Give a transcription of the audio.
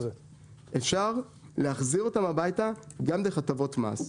אפשר להחזיר אותם הביתה גם דרך הטבות מס.